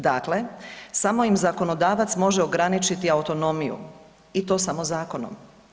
Dakle, samo im zakonodavac može ograničiti autonomiju i to samo zakonom.